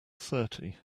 thirty